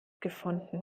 gefunden